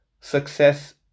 success